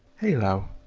halo,